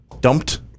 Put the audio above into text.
Dumped